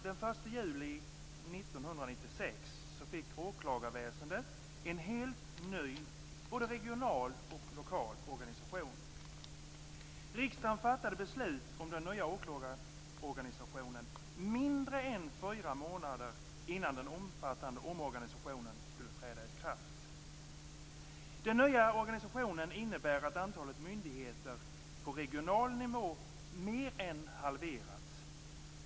Den 1 juli 1996 fick åklagarväsendet en helt ny både regional och lokal organisation. Riksdagen fattade beslut om den nya åklagarorganisationen mindre än fyra månader innan den omfattande omorganisationen skulle träda i kraft. Den nya organisationen innebär att antalet myndigheter på regional nivå mer än halverats.